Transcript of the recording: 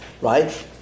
Right